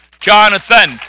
Jonathan